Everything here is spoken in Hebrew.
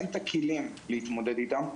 אין את הכלים להתמודד איתם.